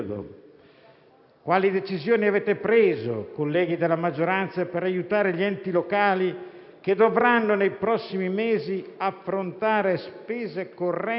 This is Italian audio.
Quali decisioni avete preso, colleghi della maggioranza, per aiutare gli enti locali che nei prossimi mesi dovranno affrontare spese correnti